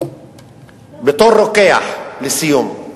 בתור רוקח, לסיום,